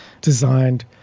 designed